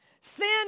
Sin